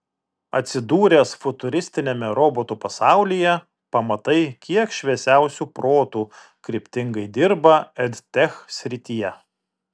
atsidūręs futuristiniame robotų pasaulyje pamatai kiek šviesiausių protų kryptingai dirba edtech srityje